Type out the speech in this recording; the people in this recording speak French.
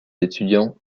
étudiants